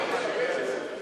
תביא הדרת גברים, נטפל בזה.